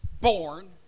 born